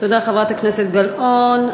תודה, חברת הכנסת גלאון.